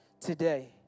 today